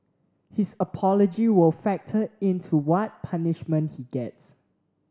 his apology will factor in to what punishment he gets